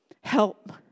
Help